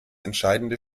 entscheidende